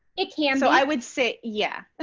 it can. so i would say, yeah. ah